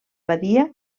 badia